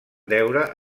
deure